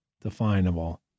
definable